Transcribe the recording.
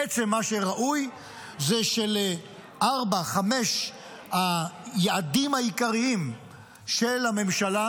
בעצם מה שראוי זה שלארבעה-חמישה היעדים העיקריים של הממשלה,